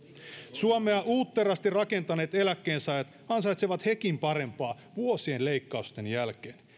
suomea uutterasti rakentaneet eläkkeensaajat ansaitsevat hekin parempaa vuosien leikkausten jälkeen